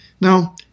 Now